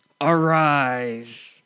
arise